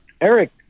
Eric